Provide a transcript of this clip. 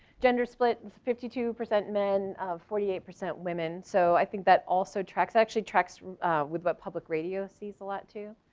gender split, it's fifty two percent men, forty eight percent women so i think that also tracks, it actually tracks with what public radio sees a lot too.